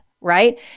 right